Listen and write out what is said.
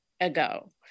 ago